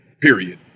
Period